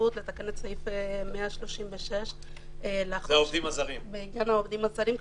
הסתייגות לתקן את סעיף 136 בעניין העובדים הזרים,